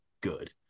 good